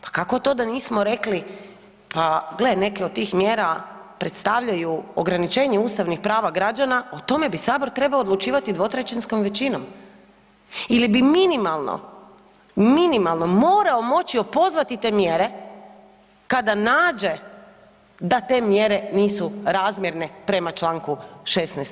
Pa kako to da nismo rekli, pa gle neke od tih mjera predstavljaju ograničenje ustavnih prava građana, o tome bi Sabor trebao odlučivati dvotrećinskom većinom ili bi minimalno, minimalno morao moći opozvati te mjere kada nađe da te mjere nisu razmjerne prema čl. 16.